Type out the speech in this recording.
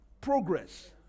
progress